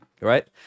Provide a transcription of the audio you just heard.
Right